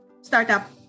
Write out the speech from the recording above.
startup